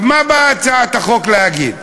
מה באה הצעת החוק להגיד?